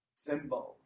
symbols